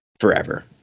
forever